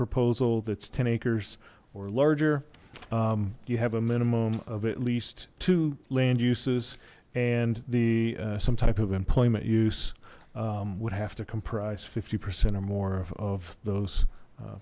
proposal that's ten acres or larger you have a minimum of at least two land uses and the some type of employment use would have to comprise fifty percent or more of those